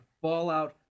Fallout